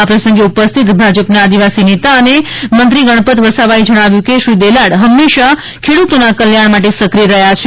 આ પ્રસંગે ઉપસ્થિત ભાજપના આદિવાસી નેતા અને મંત્રી શ્રી ગણપત વસાવા એ જણાવ્યું હતું કે શ્રી દેલાડ હંમેશા ખેડૂતોના કલ્યાણ માટે સક્રિય રહ્યા છે